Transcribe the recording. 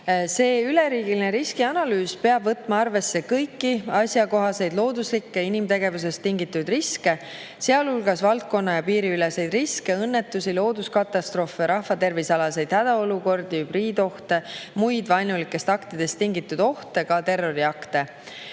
See üleriigiline riskianalüüs peab võtma arvesse kõiki asjakohaseid looduslikke ja inimtegevusest tingitud riske, sealhulgas valdkonna‑ ja piiriüleseid riske, õnnetusi, looduskatastroofe, rahvatervisealaseid hädaolukordi, hübriidohte, muid vaenulikest aktidest tingitud ohte, ka terroriakte.